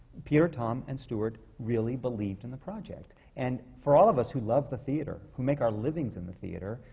peter, tom and stuart really believed in the project. and for all of us who love the theatre, who make our livings in the theatre,